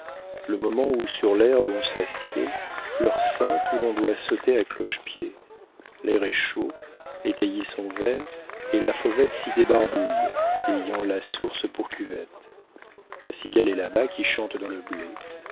le moment où sur l'herbe on s'assied l'heure sainte où l'on doit sauter à cloche-pied l'air est chaud les taillis sont verts et la fauvette s'y débarbouille ayant la source pour cuvette la cigale est là-bas qui chante dans le blé